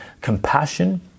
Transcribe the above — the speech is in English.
compassion